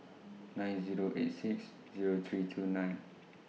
nine Zero eight six Zero three two nine